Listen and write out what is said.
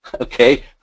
Okay